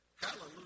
Hallelujah